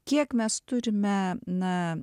kiek mes turime na